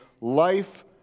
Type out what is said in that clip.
life